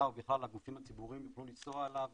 ובכלל הגופים הציבוריים יוכלו לנסוע עליו